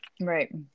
Right